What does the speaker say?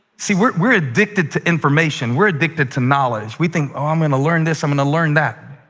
see, we're we're addicted to information. we're addicted to knowledge. we think, oh, i'm going to learn this. i'm going to learn that.